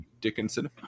Dickinson